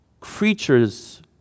creatures